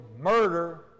murder